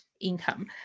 income